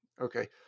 okay